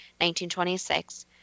1926